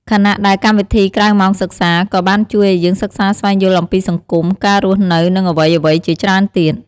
ខណៈដែលកម្មវិធីក្រៅម៉ោងសិក្សា ក៏បានជួយឲ្យយើងសិក្សាស្វែងយល់អំពីសង្គម ការរស់នៅ និងអ្វីៗជាច្រើនទៀត។